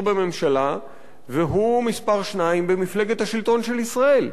בממשלה והוא מספר שתיים במפלגת השלטון של ישראל.